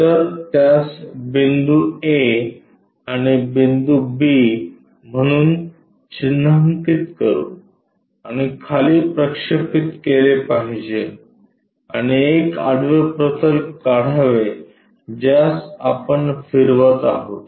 तर त्यास बिंदू a आणि बिंदू b म्हणून चिन्हांकित करू आणि खाली प्रक्षेपित केले पाहिजे आणि एक आडवे प्रतल काढावे ज्यास आपण फिरवत आहोत